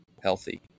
healthy